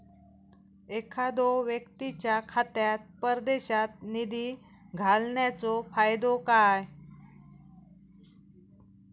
एखादो व्यक्तीच्या खात्यात परदेशात निधी घालन्याचो फायदो काय?